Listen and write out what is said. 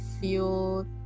feel